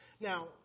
Now